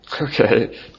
Okay